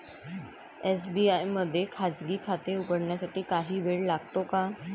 SBI मध्ये खाजगी खाते उघडण्यासाठी काही वेळ लागतो का?